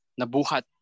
nabuhat